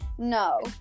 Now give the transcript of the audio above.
no